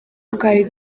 twari